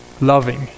loving